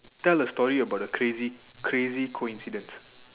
tell a story about a crazy crazy coincidence